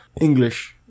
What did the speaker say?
English